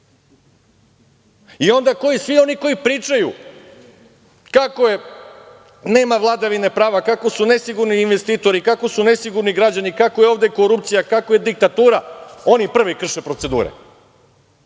i onda svi oni koji pričaju kako nema vladavine prava, kako su nesigurni investitori, kako su nesigurni građani, kako je ovde korupcija, kako je diktatura, oni prvi krše procedure.